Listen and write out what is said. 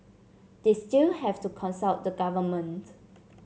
they still have to consult the government